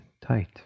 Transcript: tight